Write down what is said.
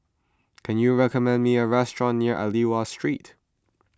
can you recommend me a restaurant near Aliwal Street